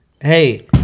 Hey